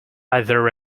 either